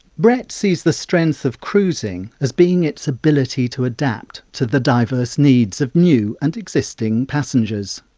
brett sees the strength of cruising as being its ability to adapt to the diverse needs of new and existing passengers.